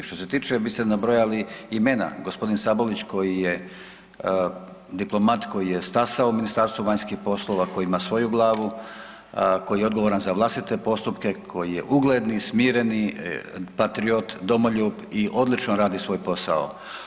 Što se tiče, vi ste nabrojali imena, g. Sabolić koji je, diplomat koji je stasao u Ministarstvo vanjskih poslova, koji ima svoju glavu, koji je odgovaran za vlastite postupke, koji je ugledni smireni patriot, domoljub i odlično radi svoj posao.